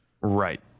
Right